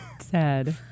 Sad